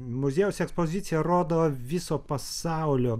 muziejaus ekspozicija rodo viso pasaulio